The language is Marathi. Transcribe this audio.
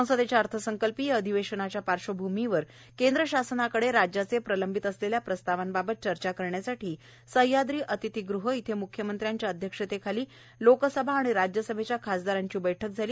संसदेच्या अर्थसंकल्पीय अधिवेशनाच्या पार्श्वभूमीवर केंद्र शासनाकडे राज्याचे प्रलंबित असलेल्या प्रस्तावांबाबत चर्चा करण्यासाठी सह्याद्री अतिथीगृह येथे मुख्यमंत्र्यांच्या अध्यक्षतेखाली लोकसभा आणि राज्यसभेच्या खासदारांची बैठक झाली